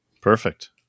Perfect